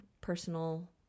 personal